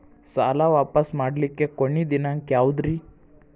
ಸಾಲಾ ವಾಪಸ್ ಮಾಡ್ಲಿಕ್ಕೆ ಕೊನಿ ದಿನಾಂಕ ಯಾವುದ್ರಿ?